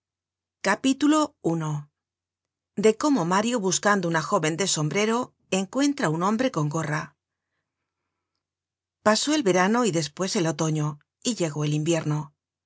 generated at de cómo mario buscando una jóven de sombrero encuentra un hombre con gorra pasó el verano y despues el otoño y llegó el invierno